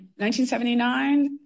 1979